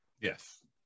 Yes